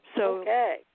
Okay